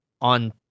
on